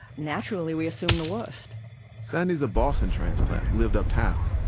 naturally we assumed the worst sandy's a boston transplant who lived uptown.